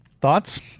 Thoughts